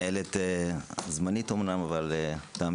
מנהלת זמנית של הוועדה,